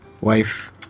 Wife